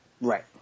Right